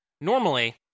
Normally